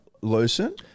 loosen